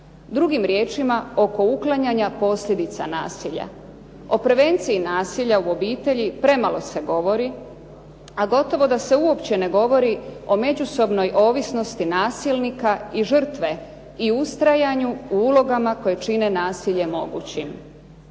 Drugim riječima, oko uklanjanja posljedica nasilja. O prevenciji nasilja u obitelji premalo se govori, a gotovo da se uopće ne govori o međusobnoj ovisnosti nasilnika i žrtve i ustrajanju u ulogama koje čine nasilje mogućim.